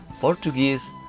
Portuguese